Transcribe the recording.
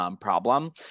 problem